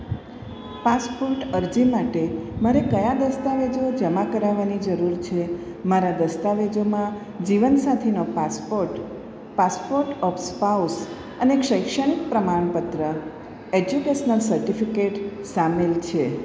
passport અરજી માટે મારે કયા દસ્તાવેજો જમા કરાવવાની જરૂર છે મારા દસ્તાવેજોમાં જીવનસાથીનો પાસપોર્ટ પાસપોર્ટ ઓફ સ્પાઉસ અને શૈક્ષણિક પ્રમાણપત્ર એજ્યુકેસનલ સર્ટિફિકેટ સામેલ છે